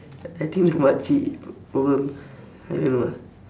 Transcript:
I think the mak cik problem I don't know lah